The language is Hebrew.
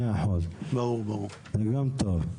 זה גם טוב.